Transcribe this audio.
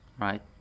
Right